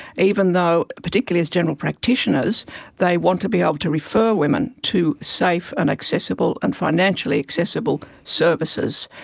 even though particularly as general practitioners they want to be able to refer women to safe and accessible and financially accessible services.